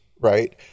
right